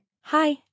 Hi